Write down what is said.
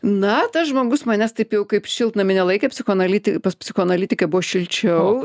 na tas žmogus manęs taip jau kaip šiltnamy nelaikė psichoanaliti pas psichoanalitikę buvo šilčiau